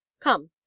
come